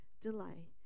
delay